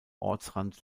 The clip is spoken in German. ortsrand